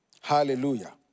hallelujah